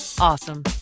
awesome